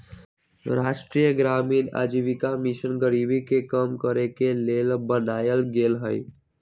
राष्ट्रीय ग्रामीण आजीविका मिशन गरीबी के कम करेके के लेल बनाएल गेल हइ